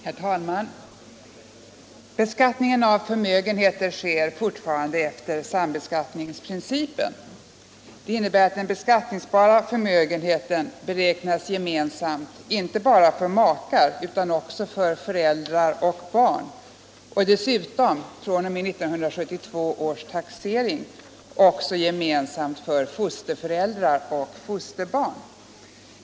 Herr talman! Beskattningen av förmögenheter sker fortfarande efter sambeskattningsprincipen. Det innebär att den beskattningsbara förmögenheten beräknas gemensamt inte bara för makar utan också för föräldrar och barn och dessutom =— fr.o.m. 1972 års taxering — gemensamt för fosterföräldrar och fosterbarn.